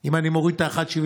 אם אני מוריד את ה-1.75%,